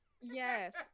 Yes